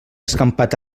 escampat